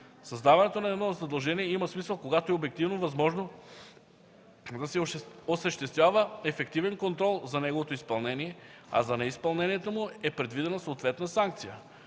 Създаването на едно задължение има смисъл, когато е обективно възможно да се осъществява ефективен контрол за неговото изпълнение, а за неизпълнението му е предвидена съответна санкция.